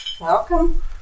Welcome